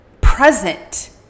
present